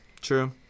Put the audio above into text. True